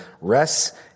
rests